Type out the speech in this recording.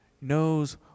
knows